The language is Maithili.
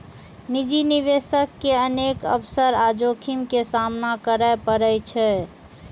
निजी निवेशक के अनेक अवसर आ जोखिम के सामना करय पड़ै छै